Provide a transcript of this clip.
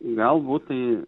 galbūt tai